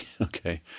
okay